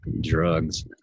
drugs